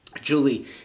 Julie